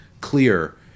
clear